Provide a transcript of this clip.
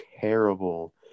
terrible